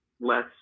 less